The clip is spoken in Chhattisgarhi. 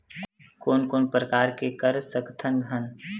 कोन कोन प्रकार के कर सकथ हन?